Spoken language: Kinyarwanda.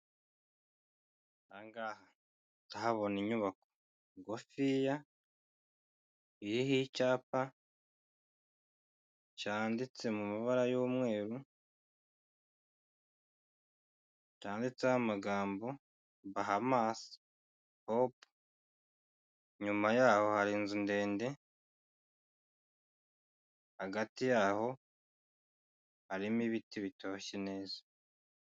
Aha ngaha ndahabona inyubako ngufiya, iriho icyapa cyanditse mu mabara y'umweru, cyanditseho amagambo Bahamas Pub, inyuma yaho hari inzu ndende, hagati yaho harimo ibiti bitoshye neza.